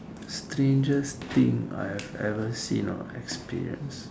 strangest thing I have ever seen or experienced